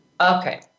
Okay